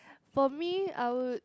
for me I would